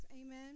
Amen